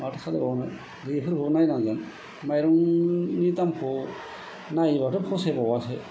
माथो खालामबावनो बेफोरखौबो नायनांगोन माइरंनि दामखौ नायोबाथ' फसायबावासो